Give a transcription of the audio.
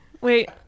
Wait